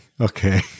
okay